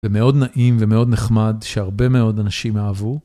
ומאוד נעים ומאוד נחמד, שהרבה מאוד אנשים אהבו.